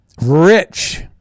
rich